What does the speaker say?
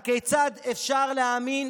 הכיצד אפשר להאמין